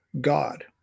God